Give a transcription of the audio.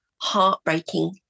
heartbreaking